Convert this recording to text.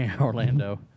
Orlando